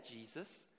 Jesus